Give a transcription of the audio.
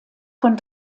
von